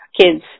kids